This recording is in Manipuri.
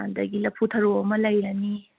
ꯑꯗꯒꯤ ꯂꯐꯨ ꯊꯔꯣ ꯑꯃ ꯂꯩꯔꯅꯤ